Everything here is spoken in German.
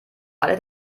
alle